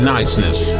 Niceness